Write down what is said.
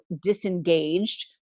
disengaged